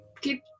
keep